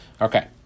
Okay